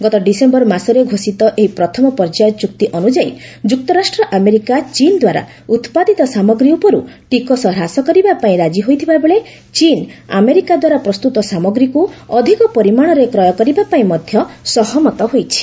ଗତ ଡିସେମ୍ବର ମାସରେ ଘୋଷିତ ଏହି ପ୍ରଥମ ପର୍ଯ୍ୟାୟ ଚୁକ୍ତି ଅନୁଯାୟୀ ଯୁକ୍ତରାଷ୍ଟ୍ର ଆମେରିକା ଚୀନ୍ଦ୍ୱାରା ଉତ୍ପାଦିତ ସାମଗ୍ରୀ ଉପରୁ ଟିକସ ହ୍ରାସ କରିବାପାଇଁ ରାଜି ହୋଇଥିବାବେଳେ ଚୀନ୍ ଆମେରିକାଦ୍ୱାରା ପ୍ରସ୍ତୁତ ସାମଗ୍ରୀକୁ ଅଧିକ ପରିମାଣରେ କ୍ରୟ କରିବାପାଇଁ ମଧ୍ୟ ସହମତ ହୋଇଛି